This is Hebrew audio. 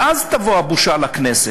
ואז תבוא הבושה לכנסת,